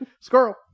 Squirrel